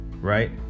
right